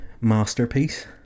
masterpiece